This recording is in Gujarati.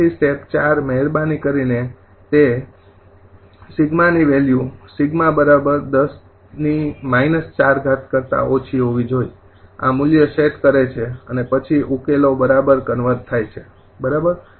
તેથી સ્ટેપ ૪ મહેરબાની કરીને તે 𝜖 ની વેલ્યુ 𝜖 10 4 કરતા ઓછી હોવી જોય આ મૂલ્ય સેટ કરે છે અને પછી ઉકેલો બરાબર કન્વર્ઝ થાય છે બરાબર